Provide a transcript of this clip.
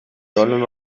donen